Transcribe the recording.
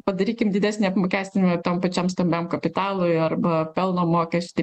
padarykim didesnį apmokestinimą tam pačiam stambiam kapitalui arba pelno mokestį